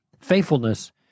Faithfulness